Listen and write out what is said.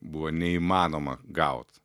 buvo neįmanoma gaut